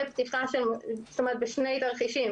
בשני תרחישים.